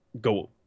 go